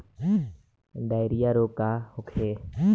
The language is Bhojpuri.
डायरिया रोग का होखे?